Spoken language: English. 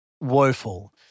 woeful